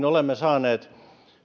olemme saaneet